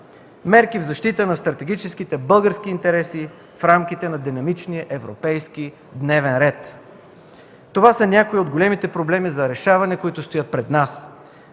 Мерки за защита на стратегическите български интереси в рамките на динамичния европейски дневен ред. Това са някои от големите проблеми за решаване, които стоят пред нас.